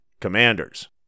Commanders